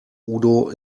udo